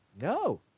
no